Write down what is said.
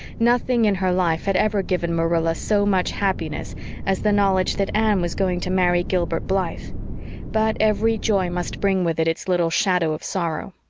nothing in her life had ever given marilla so much happiness as the knowledge that anne was going to marry gilbert blythe but every joy must bring with it its little shadow of sorrow.